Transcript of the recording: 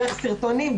דרך סרטונים,